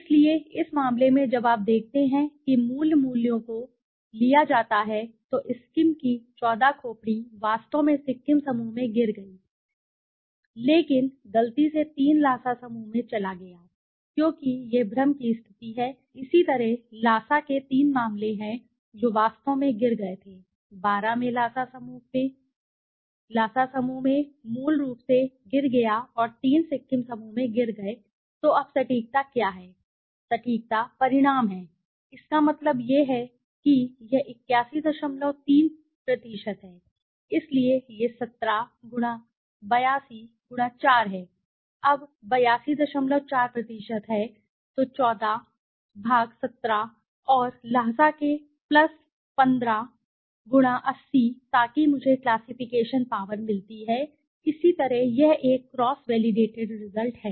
इसलिए इस मामले में जब आप देखते हैं कि मूल मूल्यों को लिया जाता है तो स्किम की 14 खोपड़ी वास्तव में सिक्किम समूह में गिर गई लेकिन गलती से 3 ल्हासा समूह में चला गया क्योंकि यह भ्रम की स्थिति है इसी तरह ल्हासा के तीन मामले हैं जो वास्तव में गिर गए थे 12 में ल्हासा समूह में मूल रूप से गिर गया और तीन सिक्किम समूह में गिर गए तो अब सटीकता क्या है सटीकता परिणाम है इसका मतलब यह है कि यह 813 है इसलिए यह 17 82 4 है अब 824 प्रतिशत है तो 1417 और ल्हासा के प्लस 15 80 ताकि मुझे क्लासिफिकेशन पॉवर मिलती है इसी तरह यह एक क्रॉस वैलीडेटेड रिजल्ट है